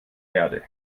erde